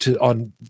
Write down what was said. on